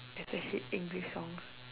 especially English songs